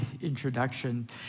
introduction